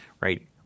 right